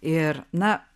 ir na